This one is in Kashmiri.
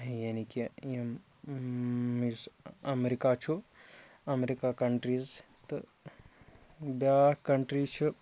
یعنی کہِ یِم یُس امریکَہ چھُ امریکَہ کَنٹرٛیٖز تہٕ بیٛاکھ کَنٹرٛی چھُ